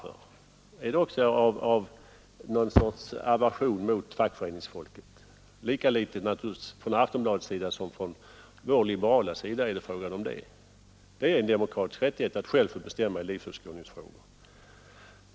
Är det också av någon sorts aversion mot fackföreningsfolket? Naturligtvis är det lika litet för Aftonbladets del som från vår liberala sida fråga om detta. Det är en demokratisk rättighet att själv få bestämma i livsåskådningsfrågor.